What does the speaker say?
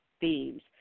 themes